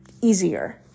easier